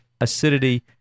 acidity